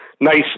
nice